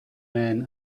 men